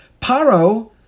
Paro